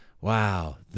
Wow